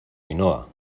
ainhoa